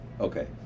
Okay